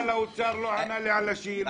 אבל מנכ"ל האוצר לא ענה לי על השאלה.